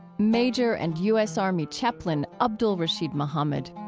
major and u s. army chaplain abdul-rasheed muhammad.